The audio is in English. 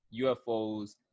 UFOs